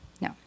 no